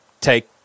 take